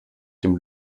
dem